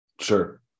Sure